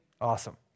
Awesome